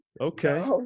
Okay